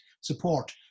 support